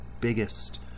biggest